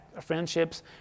friendships